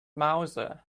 mouser